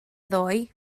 ddoe